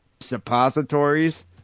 suppositories